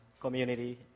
community